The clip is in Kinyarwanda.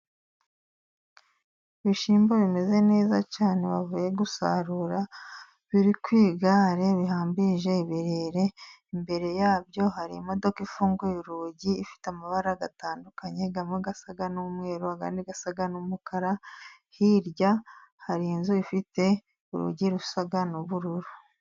Ibishyimbo bimeze neza cyane ,bavuye gusarura biri ku igare bihambirije ibirere, imbere yabyo hari imodoka ifunguye urugi ifite amabara atandukanye, amwe asa n'umweru, andi asa n'umukara, hirya hari inzu ifite urugi rusa n'ubururu.